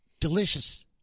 Delicious